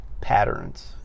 patterns